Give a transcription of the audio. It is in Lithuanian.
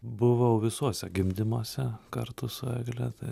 buvau visuose gimdymuose kartu su egle tai